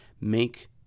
make